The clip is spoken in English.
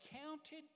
counted